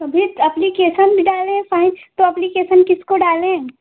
तब भी अप्लीकेशन भी डाले फाइन तो अप्लीकेशन किसको डालें